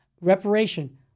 reparation